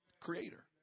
Creator